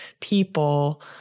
people